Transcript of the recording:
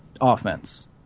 offense